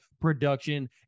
production